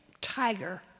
tiger